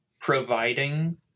providing